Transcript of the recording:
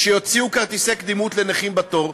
ויוציאו כרטיסי קדימות לנכים בתור,